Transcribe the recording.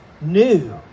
new